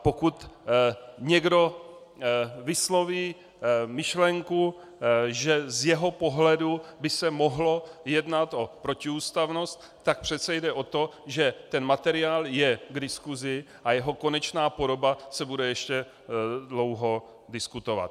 Pokud někdo vysloví myšlenku, že z jeho pohledu by se mohlo jednat o protiústavnost, tak přece jde o to, že ten materiál je k diskusi a jeho konečná podoba se bude ještě dlouho diskutovat.